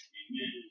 amen